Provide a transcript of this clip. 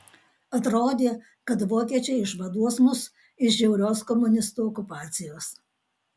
atrodė kad vokiečiai išvaduos mus iš žiaurios komunistų okupacijos